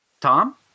Tom